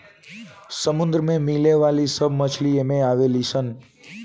समुंदर में मिले वाली सब मछली एमे आवे ली सन